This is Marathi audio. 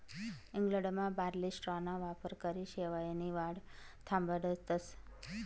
इंग्लंडमा बार्ली स्ट्राॅना वापरकरी शेवायनी वाढ थांबाडतस